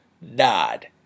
nod